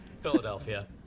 Philadelphia